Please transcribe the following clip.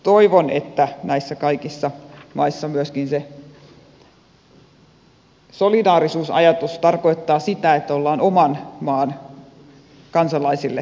toivon että näissä kaikissa maissa myöskin se solidaarisuusajatus tarkoittaa sitä että ollaan oman maan kansalaisille solidaarisia